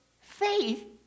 faith